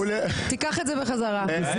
תודה רבה.